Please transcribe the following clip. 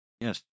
yes